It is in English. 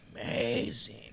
amazing